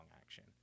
action